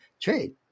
trade